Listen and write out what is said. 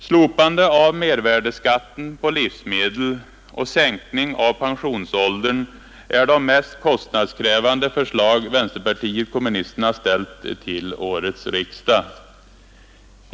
Slopande av mervärdeskatten på livsmedel och sänkning av pensionsåldern är de mest kostnadskrävande förslag vänsterpartiet kommunisterna väckt vid årets riksdag.